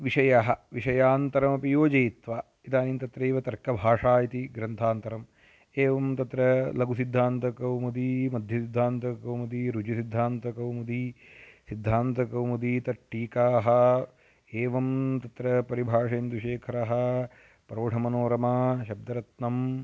विषयाः विषयान्तरमपि योजयित्वा इदानीं तत्रैव तर्कभाषा इति ग्रन्थान्तरम् एवं तत्र लघुसिद्धान्तकौमुदी मध्यसिद्धान्तकौमुदी रुजुसिद्धान्तकौमुदी सिद्धान्तकौमुदी तत्टीकाः एवं तत्र परिभाषेन्दुशेखरः प्रौढमनोरमा शब्दरत्नं